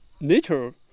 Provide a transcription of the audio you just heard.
nature